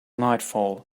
nightfall